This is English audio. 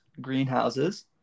greenhouses